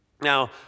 Now